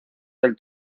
del